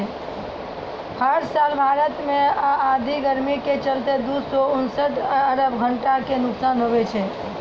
हर साल भारत मॅ आर्द्र गर्मी के चलतॅ दू सौ उनसठ अरब घंटा के नुकसान होय छै